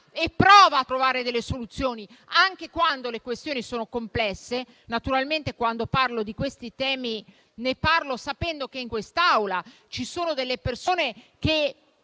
e prova a trovare delle soluzioni, anche quando le questioni sono complesse. Naturalmente, quando parlo di questi temi, ne parlo sapendo che in quest’Aula ci sono delle persone che